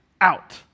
out